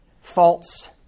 false